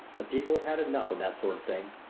the people have had enough of that sort of thing.